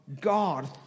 God